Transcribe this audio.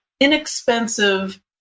inexpensive